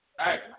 Hey